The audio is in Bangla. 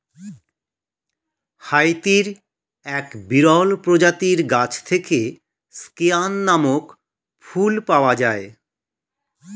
হাইতির এক বিরল প্রজাতির গাছ থেকে স্কেয়ান নামক ফুল পাওয়া যায়